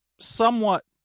somewhat